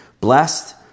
Blessed